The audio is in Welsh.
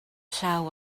llaw